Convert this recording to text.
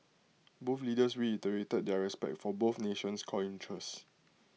both leaders reiterated their respect for both nation's core interests